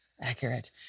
accurate